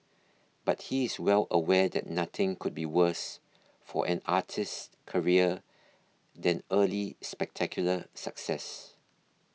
but he is well aware that nothing could be worse for an artist's career than early spectacular success